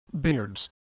Beards